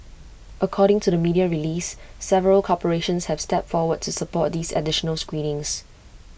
according to the media release several corporations have stepped forward to support these additional screenings